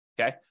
Okay